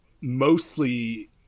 mostly